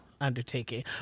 undertaking